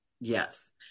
Yes